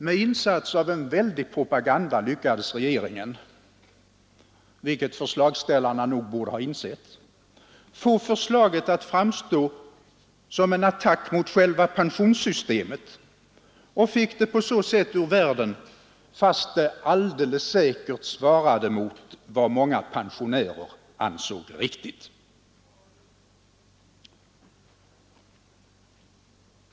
Med insats av en väldig propaganda lyckades regeringen — vilket förslagsställarna nog borde ha insett — få förslaget att framstå som en attack mot själva pensionssystemet och fick det på så sätt ur världen, trots att det alldeles säkert svarade mot vad många pensionärer ansåg riktigt.